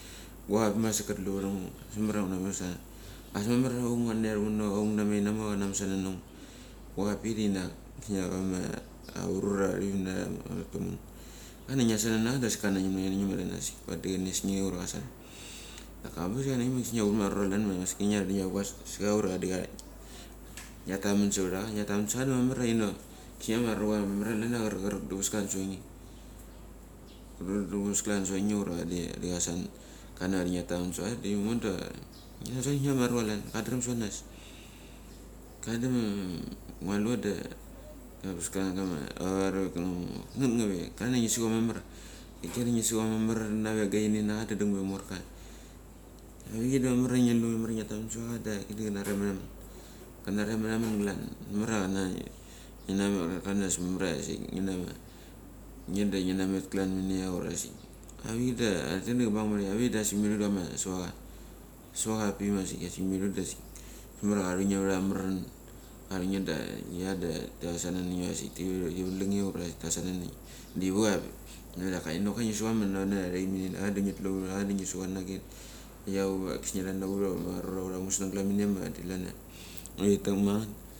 Guak apik masik ka tlu vang ngo bes mamara ngu na mes ka. Am be mama ngu na mono aung ana masa nana ngo. Guak apik dak chinak gis ni a chama acharotini ia tina thak tamun. klania ngi as ana na cha dasik kana ngiem naniange vadi chas nge ura chasana. Daka angabes da chana ngim ia chalan ia arura clan masik ia clan masik ia calania ngia tugas sa cha ura da cha ngia tam man savtha cha, ngia tam man savtha cha mamaria ina gis ni a ma rucha mamar ia charak. charak da uves klan suvange. Charak, charak da uves klan suva nge ura vadi chasana. Kana vadi ngi atamman sa va cha, da ngo da ngia taman savtha cha da gis nia arucha chalan kan dram sava nas ka da ngua lucha da ambe klanavo rovek klan ma ngeth nga ve. Kana ngi su cha ma mar. dak nge da ngi sucha mamar klan a gaini na cha da dung bek amorka ainge da mamar a ngi lu da ngia tammun savacha da ka da cha nari amatha mun. Kanariam ma tha munglan. Mamar a cha na klan am bes mamar sik ngni na ma, avik da sik mithn da chama suvocha. Suvocha avapik a sik mi thu da sik ka thunge vtha maran. Ka thu nge da, nge da tai sana vtha nge dasik tha valung nge tasana nange. Da chivi cha apik navatha. Daka chi ni ngi su chana nave ma thai mini na cha da ngi tlu vtha cha da ngi su chu na magit git lua da bes ngi nama rura ura musnung glan mania ma madi chalan a nugaitaman.